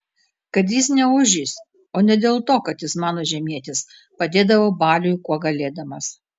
kad jis ne ožys o ne dėl to kad jis mano žemietis padėdavau baliui kuo galėdamas